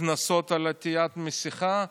קנסות על אי-עטיית מסכה,